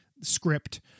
script